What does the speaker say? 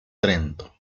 trento